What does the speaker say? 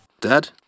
Dad